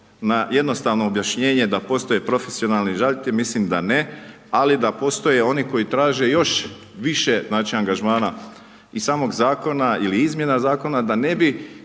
na jednostavno objašnjenje da postoje profesionalni žalitelji, mislim da ne, ali da postoje oni koji traže još više, znači, angažmana, iz samog zakona ili izmjena zakona, da ne bi